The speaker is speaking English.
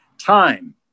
time